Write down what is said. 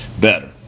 better